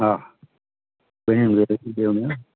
हा